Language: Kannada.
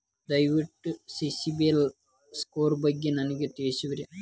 ದಯವಿಟ್ಟು ಸಿಬಿಲ್ ಸ್ಕೋರ್ ಬಗ್ಗೆ ನನಗೆ ತಿಳಿಸುವಿರಾ?